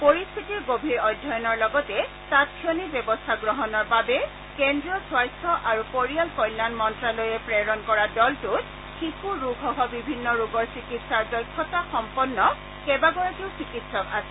পৰিস্থিতিৰ গভীৰ অধ্যয়নৰ লগতে তাংক্ষণিক ব্যৱস্থা গ্ৰহণৰ বাবে কেন্দ্ৰীয় স্বাস্থ্য আৰু পৰিয়াল কল্যাণ মন্তালয়ে প্ৰেৰণ কৰা দলটোত শিশু ৰোগসহ বিভিন্ন ৰোগৰ চিকিৎসাৰ দক্ষতাসম্পন্ন কেইবাগৰাকীও চিকিৎসক আছে